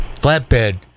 flatbed